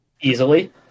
easily